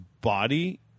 body